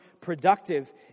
productive